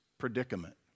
predicament